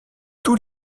tous